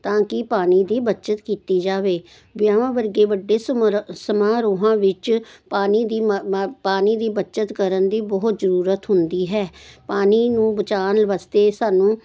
ਤਾਂ ਕਿ ਪਾਣੀ ਦੀ ਬੱਚਤ ਕੀਤੀ ਜਾਵੇ ਵਿਆਹਵਾਂ ਵਰਗੇ ਵੱਡੇ ਸਮਰਾ ਸਮਾਰੋਹਾਂ ਵਿੱਚ ਪਾਣੀ ਦੀ ਮਾ ਮਾ ਪਾਣੀ ਦੀ ਬੱਚਤ ਕਰਨ ਦੀ ਬਹੁਤ ਜਰੂਰਤ ਹੁੰਦੀ ਹੈ ਪਾਣੀ ਨੂੰ ਬਚਾਉਣ ਵਾਸਤੇ ਸਾਨੂੰ